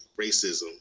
racism